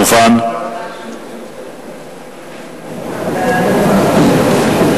ההצעה להעביר את הצעת חוק בתי-דין דתיים (יחידות סיוע),